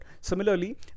Similarly